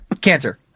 cancer